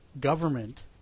government